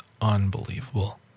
unbelievable